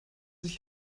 sich